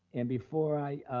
and before i